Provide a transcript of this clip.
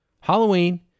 Halloween